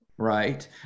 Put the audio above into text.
right